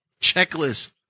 checklist